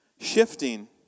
shifting